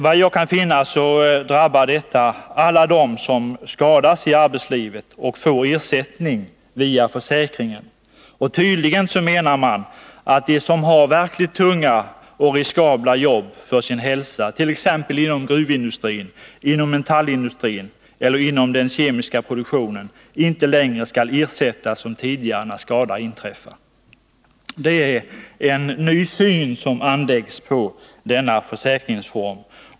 Vad jag kan finna drabbar detta alla dem som skadas i arbetslivet och får ersättning via försäkringen. Tydligen menar man att de som har verkligt tunga och för hälsan riskabla jobb — t.ex. inom gruvindustrin, inom metallindustrin eller inom den kemiska industrin — inte längre skall ersättas som tidigare när skada inträffar. Det är en ny syn som anläggs på denna försäkringsform.